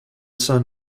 son